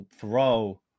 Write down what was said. throw